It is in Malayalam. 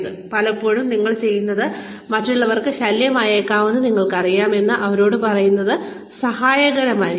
അപ്പോൾപ്പോലും നിങ്ങൾ ചെയ്യുന്നത് മറ്റുള്ളവർക്ക് ശല്യമായേക്കാമെന്ന് നിങ്ങൾക്കറിയാമോ എന്ന് അവരോട് പറയുന്നത് സഹായകരമായിരിക്കും